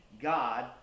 God